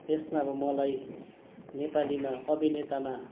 त्यसमा अब मलाई नेपालीमा अभिनेतामा